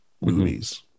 movies